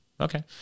Okay